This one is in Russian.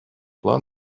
план